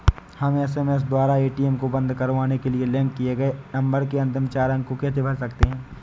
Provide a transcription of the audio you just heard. हम एस.एम.एस द्वारा ए.टी.एम को बंद करवाने के लिए लिंक किए गए नंबर के अंतिम चार अंक को कैसे भर सकते हैं?